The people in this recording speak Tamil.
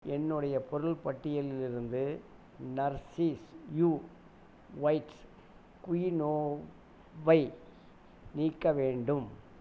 என்னுடைய பொருள் பட்டியலிலிருந்து நர்ஸிஷ் யூ ஒயிட் குயினோவாவை நீக்க வேண்டும்